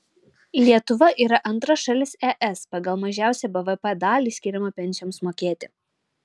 lietuva yra antra šalis es pagal mažiausią bvp dalį skiriamą pensijoms mokėti